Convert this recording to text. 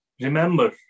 remember